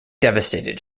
devastated